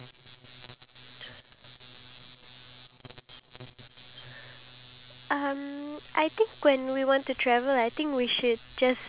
take her time out to show him around the country itself and bring him to like the factories where they produce cheese